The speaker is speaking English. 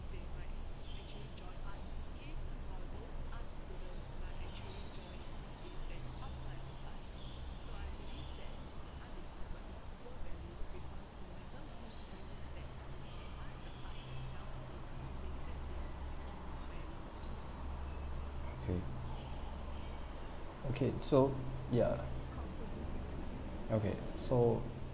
okay okay so ya